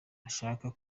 nashaka